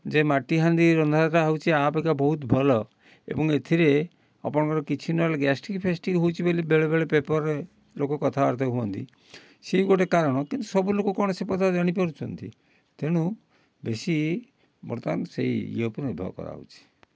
ଯେ ମାଟିହାଣ୍ଡି ରନ୍ଧାଟା ହେଉଛି ଆ ଅପେକ୍ଷା ବହୁତ ଭଲ ଏବଂ ଏଥିରେ ଆପଣଙ୍କର କିଛି ନହେଲେ ଗ୍ୟାଷ୍ଟିକ ଫ୍ୟାଷ୍ଟିକ୍ ହେଉଛି ବୋଲି ବେଳେ ବେଳେ ପେପରରେ ଲୋକ କଥାବାର୍ତ୍ତା ହୁଅନ୍ତି ସେଇ ଗୋଟେ କାରଣ କିନ୍ତୁ ସବୁ ଲୋକ କ'ଣ ସେ କଥା ଜାଣିପାରୁଛନ୍ତି ତେଣୁ ବେଶୀ ବର୍ତ୍ତମାନ ସେଇ ଇଏ ଉପରେ ନିର୍ଭର କରାଯାଉଛି